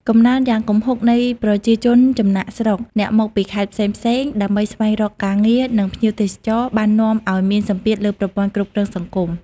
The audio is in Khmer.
កំណើនយ៉ាងគំហុកនៃ ប្រជាជនចំណាកស្រុក អ្នកមកពីខេត្តផ្សេងៗ ដើម្បីស្វែងរកការងារ និង ភ្ញៀវទេសចរ បាននាំឲ្យមានសម្ពាធលើប្រព័ន្ធគ្រប់គ្រងសង្គម។